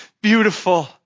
beautiful